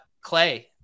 Clay